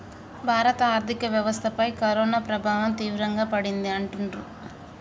భారత ఆర్థిక వ్యవస్థపై కరోనా ప్రభావం తీవ్రంగా పడింది అంటుండ్రు